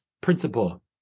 principle